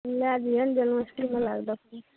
लै जइहेँ जन्माष्टमी मेला देखबै